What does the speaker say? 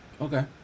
Okay